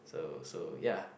so so ya